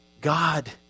God